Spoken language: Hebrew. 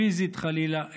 פיזית חלילה,